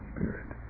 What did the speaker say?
Spirit